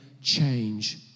change